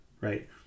right